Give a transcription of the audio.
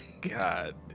God